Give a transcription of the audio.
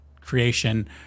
creation